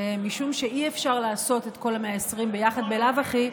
משום שאי-אפשר לעשות את כל ה-120 ביחד בלאו הכי,